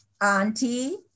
auntie